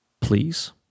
please